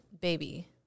baby